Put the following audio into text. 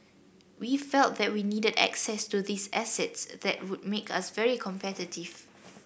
we felt that we needed access to these assets that would make us very competitive